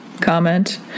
comment